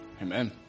Amen